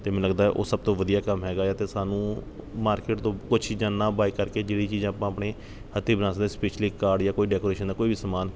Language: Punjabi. ਅਤੇ ਮੈਨੂੰ ਲੱਗਦਾ ਹੈ ਉਹ ਸਭ ਤੋਂ ਵਧੀਆ ਕੰਮ ਹੈਗਾ ਆ ਅਤੇ ਸਾਨੂੰ ਮਾਰਕੀਟ ਤੋਂ ਕੁਛ ਚੀਜ਼ਾਂ ਨਾ ਬਾਏ ਕਰਕੇ ਜਿਹੜੀ ਚੀਜ਼ ਆਪਾਂ ਆਪਣੇ ਹੱਥੀਂ ਬਣਾ ਸਕਦੇ ਸਪੈਸ਼ਲੀ ਕਾਰਡ ਜਾਂ ਕੋਈ ਡੈਕੋਰੇਸ਼ਨ ਦਾ ਕੋਈ ਵੀ ਸਮਾਨ